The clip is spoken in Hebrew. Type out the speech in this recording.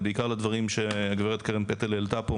בעיקר לדברים שהגב' קרן פטל העלתה פה,